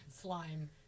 slime